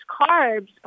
carbs